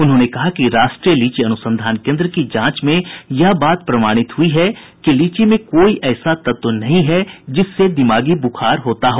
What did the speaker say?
उन्होंने कहा कि राष्ट्रीय लीची अनुसंधान केन्द्र की जांच में यह बात प्रमाणित हुई है कि लीची में कोई ऐसा तत्व नहीं है जिससे दिमागी ब्रुखार होता हो